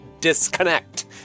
Disconnect